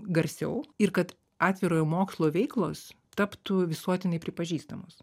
garsiau ir kad atvirojo mokslo veiklos taptų visuotinai pripažįstamos